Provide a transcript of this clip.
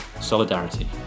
solidarity